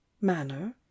manner